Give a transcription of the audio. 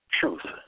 truth